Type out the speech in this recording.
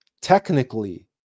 Technically